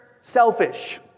Selfish